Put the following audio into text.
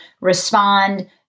respond